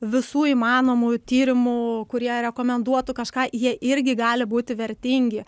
visų įmanomų tyrimų kurie rekomenduotų kažką jie irgi gali būti vertingi